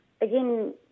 again